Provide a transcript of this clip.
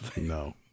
No